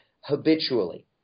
habitually